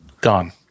Gone